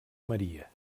maria